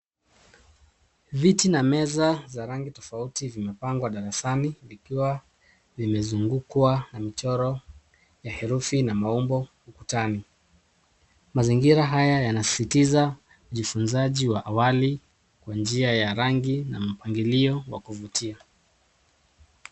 Viti na meza za rangi tofauti vimepangwa darasani vikiwa vimezungukwa na michoro ya herufi na maumbo ukutani. Mazingira haya yanasisitiza ujifunzaji wa awali wa njia ya rangi na mpangilio wa kuvutia.